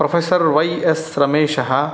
professor Y S रमेशः